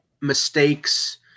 mistakes